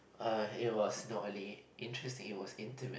uh it was no only interesting it was intimate